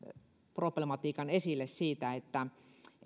problematiikan siitä